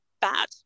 bad